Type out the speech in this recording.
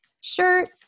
shirt